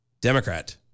Democrat